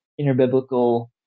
interbiblical